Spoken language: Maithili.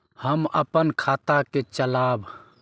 हम अपन खाता के चलाब?